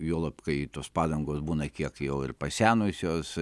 juolab kai tos padangos būna kiek jau ir pasenusios